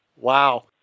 Wow